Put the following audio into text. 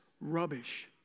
rubbish